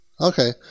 Okay